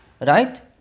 Right